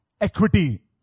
equity